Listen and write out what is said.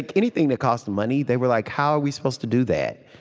like anything that cost money, they were like, how are we supposed to do that?